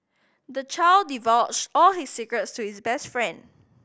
the child divulged all his secrets to his best friend